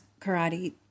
karate